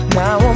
now